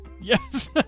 Yes